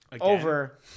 over